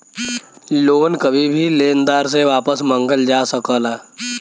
loan कभी भी लेनदार से वापस मंगल जा सकला